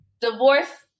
Divorce